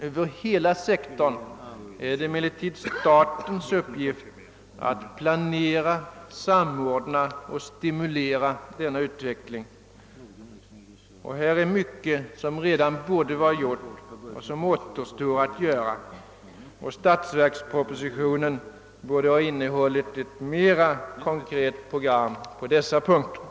Över hela sektorn är det emellertid statens uppgift att planera, samordna och stimulera denna utveckling, och här finns mycket som redan borde vara gjort men som återstår att göra. Statsverkspropositionen borde ha innehållit ett mera konkret program på dessa punkter.